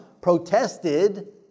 protested